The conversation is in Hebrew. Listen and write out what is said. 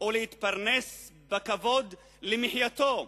ולהתפרנס בכבוד למחייתו,